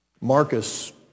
Marcus